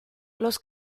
los